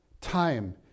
time